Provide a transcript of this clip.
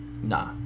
Nah